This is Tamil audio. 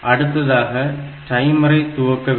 அடுத்ததாக டைமரை துவக்க வேண்டும்